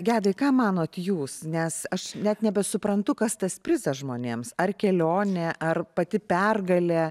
gedai ką manot jūs nes aš net nebesuprantu kas tas prizas žmonėms ar kelionė ar pati pergalė